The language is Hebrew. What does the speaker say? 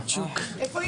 (פ/80/25),